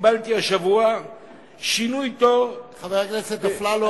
קיבלתי השבוע שינוי תור, חבר הכנסת אפללו,